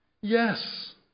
Yes